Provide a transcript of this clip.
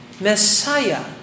Messiah